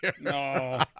No